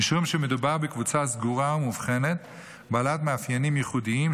משום שמדובר בקבוצה סגורה ומובחנת בעלת מאפיינים ייחודיים,